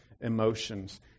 emotions